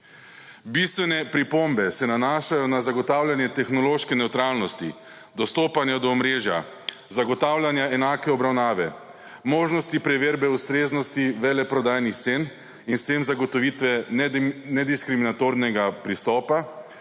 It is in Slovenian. Bistvene pripombe se nanašajo na zagotavljanje tehnološke nevtralnosti, dostopanja do omrežja, zagotavljanja enake obravnave, možnosti preverbe ustreznosti veleprodajnih cen in s tem zagotovitve nediskriminatornega pristopa,